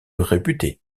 réputée